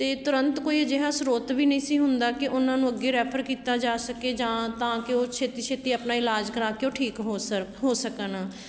ਅਤੇ ਤੁਰੰਤ ਕੋਈ ਅਜਿਹਾ ਸਰੋਤ ਵੀ ਨਹੀਂ ਸੀ ਹੁੰਦਾ ਕਿ ਉਹਨਾਂ ਨੂੰ ਅੱਗੇ ਰੈਫਰ ਕੀਤਾ ਜਾ ਸਕੇ ਜਾਂ ਤਾਂ ਕਿ ਉਹ ਛੇਤੀ ਛੇਤੀ ਆਪਣਾ ਇਲਾਜ ਕਰਾ ਕੇ ਉਹ ਠੀਕ ਹੋ ਸਰ ਹੋ ਸਕਣ